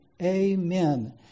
Amen